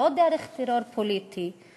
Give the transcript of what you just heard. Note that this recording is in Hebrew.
לא דרך טרור פוליטי,